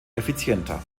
effizienter